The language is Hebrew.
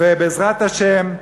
ובעזרת השם,